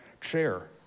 chair